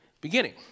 beginning